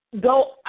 go